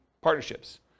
partnerships